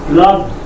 love